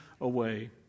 away